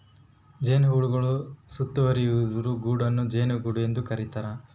ಜೇನುಹುಳುಗಳು ಸುತ್ತುವರಿದಿರುವ ಗೂಡನ್ನು ಜೇನುಗೂಡು ಎಂದು ಕರೀತಾರ